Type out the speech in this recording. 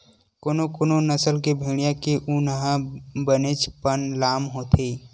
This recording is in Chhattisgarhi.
कोनो कोनो नसल के भेड़िया के ऊन ह बनेचपन लाम होथे